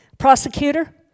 Prosecutor